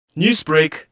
Newsbreak